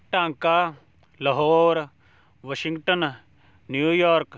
Dhaka Lahore Washington New York